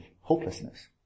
hopelessness